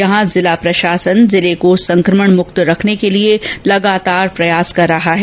यहां जिला प्रशासन जिले को संकमण मुक्त रखने के लिए लगातार प्रयास कर रहा है